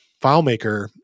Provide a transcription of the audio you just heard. filemaker